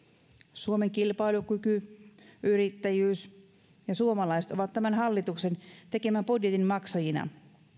suomen kilpailukyky yrittäjyys ja suomalaiset ovat tämän hallituksen tekemän budjetin maksajina